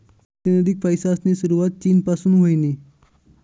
पारतिनिधिक पैसासनी सुरवात चीन पासून व्हयनी